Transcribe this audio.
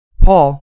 Paul